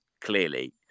clearly